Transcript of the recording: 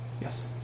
Yes